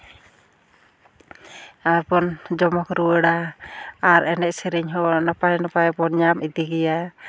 ᱟᱨᱵᱚᱱ ᱡᱚᱢᱚᱠ ᱨᱩᱣᱟᱹᱲᱟ ᱟᱨ ᱮᱱᱮᱡ ᱥᱮᱨᱮᱧ ᱦᱚᱸ ᱱᱟᱯᱟᱭ ᱱᱟᱯᱟᱭ ᱵᱚᱱ ᱧᱟᱢ ᱤᱫᱤ ᱜᱮᱭᱟ